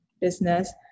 business